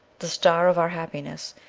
the star of our happiness,